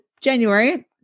January